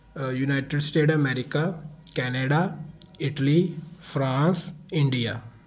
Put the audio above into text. United States of America Canada Italy France India